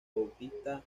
bautista